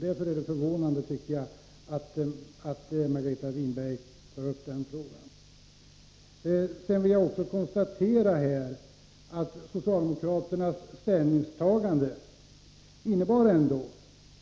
Det är därför förvånande att Margareta Winberg tar upp den här frågan. Jag vill också konstatera att socialdemokraternas ställningstagande innebar